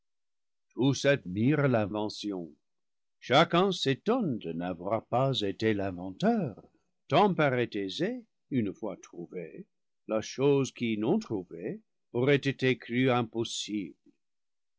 tion chacun s'étonne de n'avoir pas été l'inventeur tant paraît aisée une fois trouvée la chose qui non trouvée aurait été crue impossible